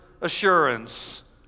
assurance